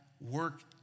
work